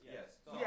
Yes